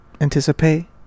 Anticipate